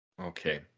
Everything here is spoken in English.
Okay